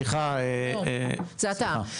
זה אתה.